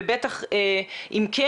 ואם כן,